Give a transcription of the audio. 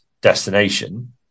destination